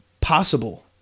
possible